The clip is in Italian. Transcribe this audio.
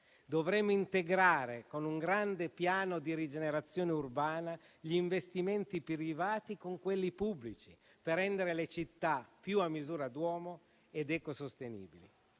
Dovremo integrare, con un grande piano di rigenerazione urbana, gli investimenti privati con quelli pubblici, per rendere le città più a misura d'uomo ed ecosostenibili.